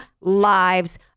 Lives